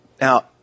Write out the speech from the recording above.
Now